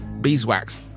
beeswax